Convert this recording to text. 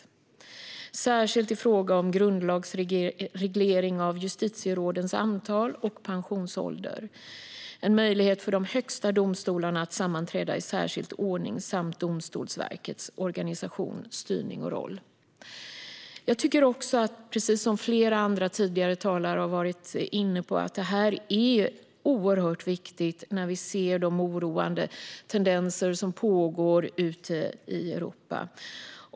Detta gäller särskilt i fråga om grundlagsreglering av justitierådens antal och pensionsålder, en möjlighet för de högsta domstolarna att sammanträda i särskild ordning samt Domstolsverkets organisation, styrning och roll. Jag tycker också - precis som flera tidigare talare har varit inne på - att det här är oerhört viktigt när vi ser de oroande tendenserna ute i Europa.